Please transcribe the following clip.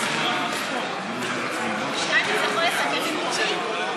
שטייניץ יכול לסכם במקומי?